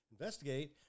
investigate